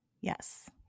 Yes